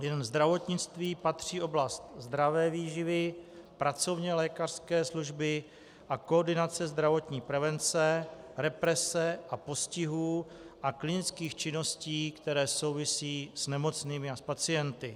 Jen zdravotnictví patří oblast zdravé výživy, pracovně lékařské služby a koordinace zdravotní prevence, represe a postihů a klinických činností, které souvisí s nemocnými a s pacienty.